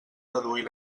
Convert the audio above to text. deduir